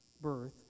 birth